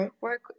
work